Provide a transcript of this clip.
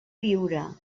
viure